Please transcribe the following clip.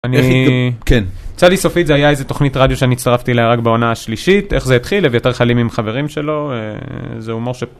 אני, כן, צדי סופית זה היה איזה תוכנית רדיו שאני הצטרפתי לה רק בעונה השלישית, איך זה התחיל, אביתר חלימי עם חברים שלו, זה הומור ש